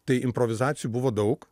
tai improvizacijų buvo daug